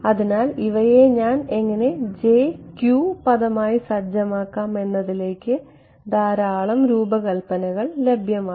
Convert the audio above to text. അതിനാൽ ഇവയെ ഞാൻ എങ്ങനെ j q പദമായി സജ്ജമാക്കാം എന്നതിലേക്ക് ധാരാളം രൂപകൽപ്പനകൾ ലഭ്യമാണ്